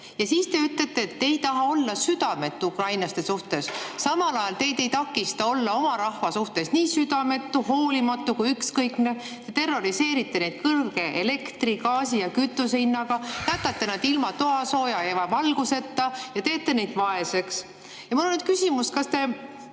Ja siis te ütlete, et te ei taha olla südametu ukrainlaste vastu. Samal ajal teid ei takista [miski] olla oma rahva vastu nii südametu, hoolimatu kui ka ükskõikne. Te terroriseerite neid kõrge elektri, gaasi ja kütuse hinnaga, jätate nad ilma toasooja ja valguseta ja teete neid vaeseks. Ja mul on nüüd küsimus: kas te